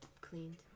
cleaned